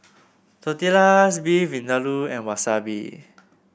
Tortillas Beef Vindaloo and Wasabi